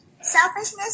selfishness